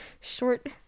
short